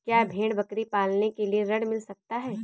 क्या भेड़ बकरी पालने के लिए ऋण मिल सकता है?